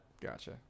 Gotcha